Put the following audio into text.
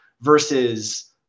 versus